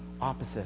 opposite